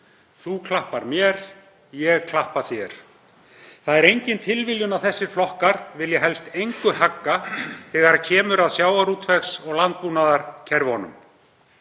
Þú klappar mér, ég klappa þér. Það er engin tilviljun að þessir flokkar vilja helst engu hagga þegar kemur að sjávarútvegs- og landbúnaðarkerfunum.